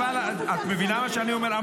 גם אהוד ברק הסית --- אבל את מבינה מה שאני אומר?